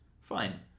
fine